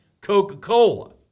Coca-Cola